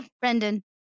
Brendan